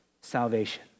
salvation